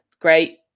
Great